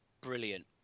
brilliant